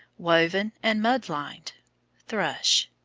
woven and mud-lined thrush.